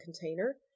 container